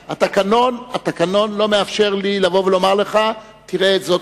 התקנון לא מאפשר לי לבוא ולומר לך: תראה זאת